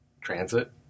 transit